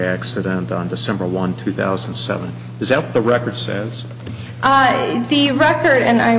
accident on december one two thousand and seven is that the record says in the record and i